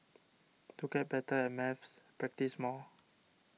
to get better at maths practise more